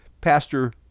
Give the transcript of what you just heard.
Pastor